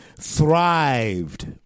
thrived